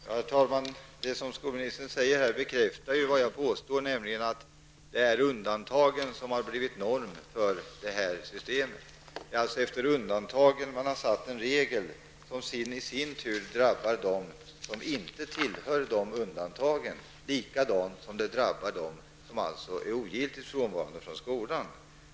Herr talman! Det som skolministern säger bekräftar vad jag påstår, nämligen att det är undantagen som har blivit norm för systemet. Man har på grundval av undantagen skapat en regel, som i sin tur drabbar dem som inte tillhör denna undantagskategori, på samma sätt som dem som är ogiltigt frånvarande från skolan.